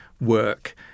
Work